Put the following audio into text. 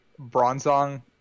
Bronzong